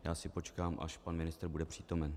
Já si tedy počkám, až pan ministr bude přítomen.